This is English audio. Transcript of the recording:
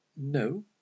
No